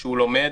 שלומד,